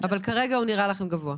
אבל כרגע הוא נראה לכם גבוה.